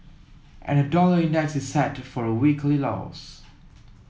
and the dollar index is set for a weekly loss